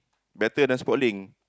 better than sportslink